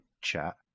chat